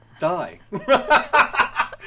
die